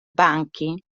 banchi